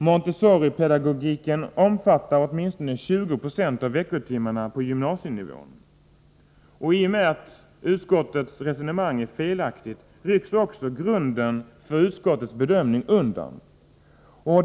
Montessoripedagogiken omfattar åtminstone 20 96 av veckotimmarna på gymnasinivån. I och med att utskottets resonemang är felaktigt rycks grunden för utskottets bedömning undan.